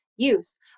Use